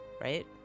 right